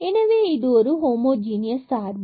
எனவே இது ஒரு ஹோமோஜீனியஸ் சார்பு